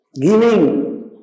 giving